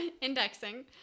indexing